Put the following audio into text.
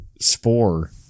spore